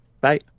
bye